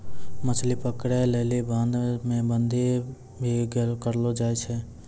मछली पकड़ै लेली बांध मे बांधी भी करलो जाय छै